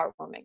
heartwarming